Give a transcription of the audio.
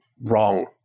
wrong